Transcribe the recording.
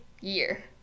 year